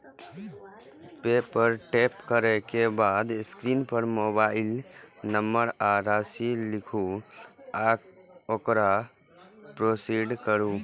पे पर टैप करै के बाद स्क्रीन पर मोबाइल नंबर आ राशि लिखू आ ओकरा प्रोसीड करू